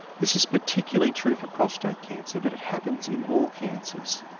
this is particularly true for prostate cancer, but it happens in all cancers.